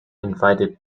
invited